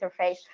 interface